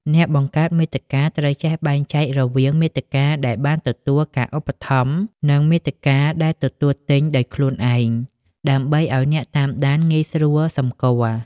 អ្នកបង្កើតមាតិកាត្រូវចេះបែងចែករវាង "មាតិកាដែលបានទទួលការឧបត្ថម្ភ" និង "មាតិកាដែលទិញដោយខ្លួនឯង" ដើម្បីឱ្យអ្នកតាមដានងាយស្រួលសម្គាល់។